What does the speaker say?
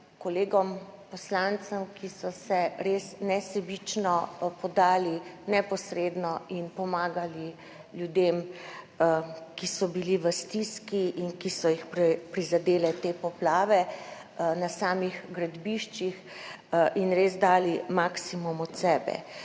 kolegom poslancem, ki so se res nesebično podali neposredno in pomagali ljudem, ki so bili v stiski in ki so jih prizadele te poplave, na samih gradbiščih in res dali maksimum od sebe.